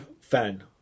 fan